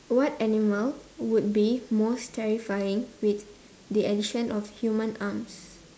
what animal would be most terrifying with the addition of human arms